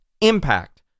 Impact